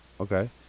okay